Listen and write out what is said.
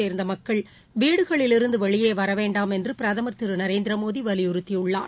சே்ந்தமக்கள் வீடுகளிலிருந்துவெளியேவரவேண்டாம் என்றுபிரதமர் திருநரேந்திரமோடிவலியுறுத்தியுள்ளார்